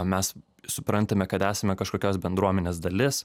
mes suprantame kad esame kažkokios bendruomenės dalis